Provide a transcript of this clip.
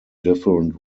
different